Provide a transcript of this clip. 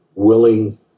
willing